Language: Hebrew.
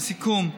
לסיכום,